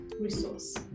resource